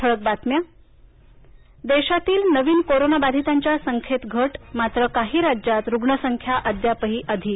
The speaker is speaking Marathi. ठळक बातम्या देशातील नवीन कोरोनाबाधितांच्या संख्येत घट मात्र काही राज्यात रुग्णसंख्या अद्यापही अधिक